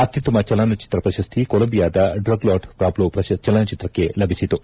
ಅತ್ತುತ್ತಮ ಚಲನಚಿತ್ರ ಪ್ರಶಸ್ತಿ ಕೊಲಂಬಿಯಾದ ಡ್ರಗ್ ಲಾರ್ಡ್ ಪಾದ್ಲೋ ಚಲನಚಿತ್ರಕ್ಕೆ ಲಭಿಸಿತು